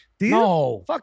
No